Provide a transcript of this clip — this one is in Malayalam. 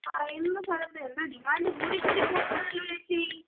പറയുന്ന സ്ഥലത്ത് എന്താണ് ഡിമാൻഡ് കൂടി കൂടി പോകുന്നല്ലോ ചേച്ചി